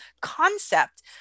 concept